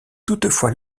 toutefois